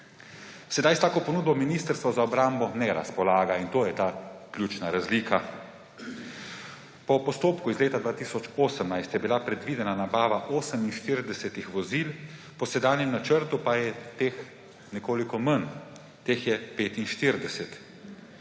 Sedaj s tako ponudbo Ministrstvo za obrambo ne razpolaga in to je ta ključna razlika. Po postopku iz leta 2018 je bila predvidena nabava 48 vozil, po sedanjem načrtu pa je teh nekoliko manj, teh je 45.